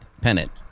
pennant